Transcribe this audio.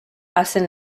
hacen